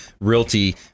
Realty